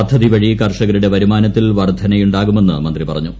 പദ്ധതി വഴി കർഷകരുടെ വരുമാനത്തിൽ വർദ്ധനയുണ്ടാകുമെന്ന് മന്ത്രി പറഞ്ഞു